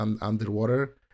underwater